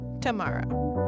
Tomorrow